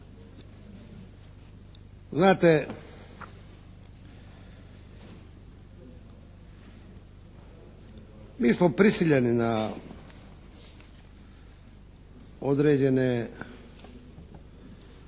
Znate, mi smo prisiljeni na određene